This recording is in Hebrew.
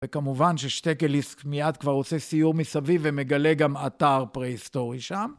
וכמובן ששטקליסט מיד כבר רוצה סיור מסביב ומגלה גם אתר פרהיסטורי שם.